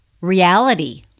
reality